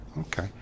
Okay